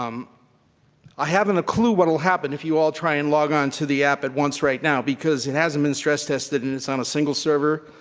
um i haven't a clue what'll happen if you all try and log on to the app at once right now, because it hasn't been stress-tested and it's on a single server.